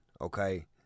okay